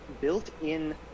built-in